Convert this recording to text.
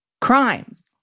Crimes